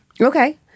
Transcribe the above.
Okay